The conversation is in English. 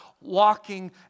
walking